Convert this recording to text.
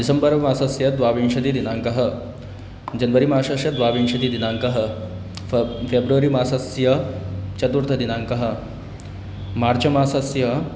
December मासस्य द्वाविंशतिदिनाङ्कः January मासस्य द्वाविंशतिदिनाङ्कः फ़ फ़ेब्रवरी मासस्य चतुर्थदिनाङ्कः मार्च् मासस्य